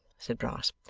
said brass,